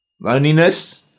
loneliness